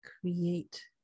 create